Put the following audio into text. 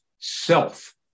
self